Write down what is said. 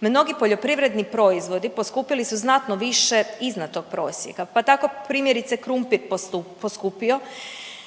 Mnogi poljoprivredni proizvodi poskupili su znatno više iznad tog prosjeka, pa tako primjerice krumpir poskupio